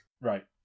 Right